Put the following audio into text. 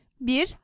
bir